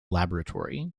laboratory